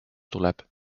tuleb